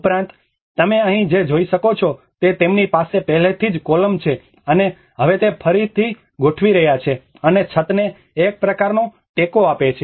ઉપરાંત તમે અહીં જે જોઈ શકો છો તે તેમની પાસે પહેલેથી જ કોલમ છે અને હવે તે ફરીથી ગોઠવી રહ્યા છે અને છતને એક પ્રકારનો ટેકો આપે છે